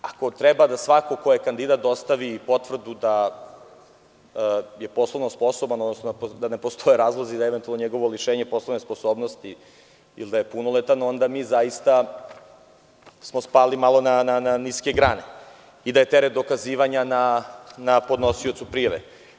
Ako treba da svako ko je kandidat dostavi potvrdu da je poslovno sposoban, odnosno da ne postoje razlozi za eventualno njegovo lišenje poslovne sposobnosti, ili da je punoletan, onda mi zaista smo malo spali na niske grane i da je teret dokazivanja na podnosiocu prijave.